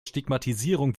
stigmatisierung